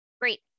Great